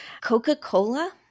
Coca-Cola